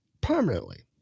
permanently